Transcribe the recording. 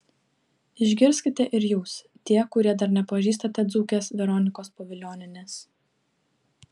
išgirskite ir jūs tie kurie dar nepažįstate dzūkės veronikos povilionienės